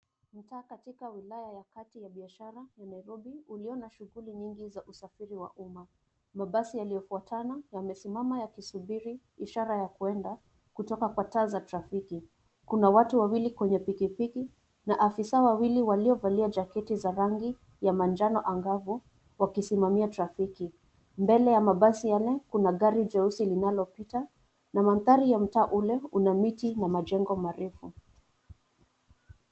Mtaa katika wilaya ya kati ya biashara ya Nairobi ulio na shughuli nyingi za usafiri wa umma. Mabasi yaliyofuatana yamesimama yakisubiri ishara ya kwenda kutoka kwa taa za trafiki. Kuna watu wawili kwenye pikipiki na afisa wawili waliovalia jaketi za rangi ya manjano angavu wakisimamia trafiki. Mbele ya mabasi yale kuna gari jeusi linalopita na mandhari ya mtaa ule una miti na majengo marefu.